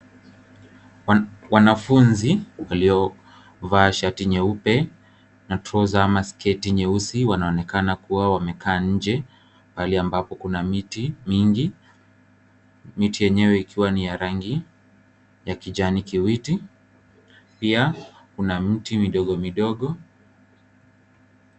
Wanafunzi walivaa shati nyeupe na troza ama sketi nyeusi wanaonekana kuwa wamekaa nje pahali ambapo kuna miti mingi, miti yenyewe ikiwa ni ya rangi ya kijani kibichi, pia kuna miti midogomidogo.